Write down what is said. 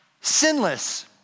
sinless